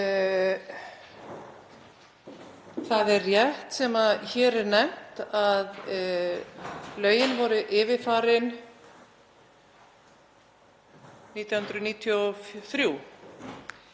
Það er rétt sem hér er nefnt að lögin voru yfirfarin 1993